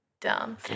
dumb